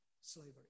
slavery